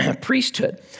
priesthood